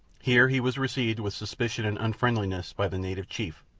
here he was received with suspicion and unfriendliness by the native chief,